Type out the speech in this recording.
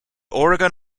oregon